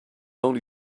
only